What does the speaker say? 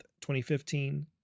2015